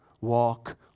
walk